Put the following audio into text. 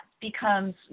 becomes